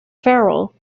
farrell